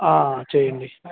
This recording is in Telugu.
చేయండి